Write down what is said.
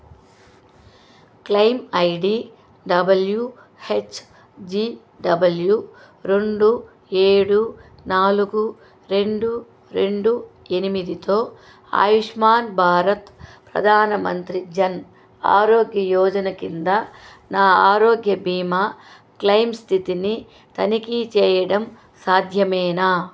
claim ID W H G W రెండు ఏడు నాలుగు రెండు రెండు ఎనిమిదితో ఆయుష్మాన్ భారత్ ప్రధానమంత్రి జన్ ఆరోగ్య యోజన కింద నా ఆరోగ్య బీమా క్లెయిమ్ స్థితిని తనిఖీ చేయడం సాధ్యమేనా